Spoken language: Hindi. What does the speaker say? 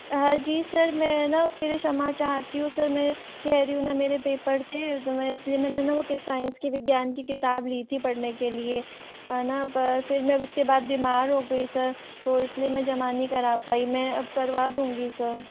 हाँ जी सर में है न उसके लिए क्षमा चाहती हूँ सर मैं कह रही हूँ न मेरे पेपर थे तो मैं इसलिए मैंने न वह साइंस की विज्ञान की किताब ली थी पढ़ने के लिए आ न पर फिर मैं उसके बाद बीमार हो गई सर तो इसलिए मैं जमा नी करा पाई मैं अब करवा दूंगी सर